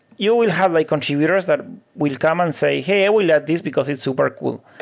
you will have like contributors that will come and say, hey, i will add this because it's super cool.